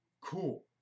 Cool